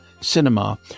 cinema